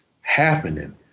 happening